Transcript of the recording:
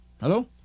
Hello